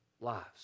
lives